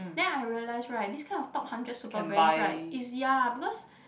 then I realise right this kind of top hundred super brands right it's ya because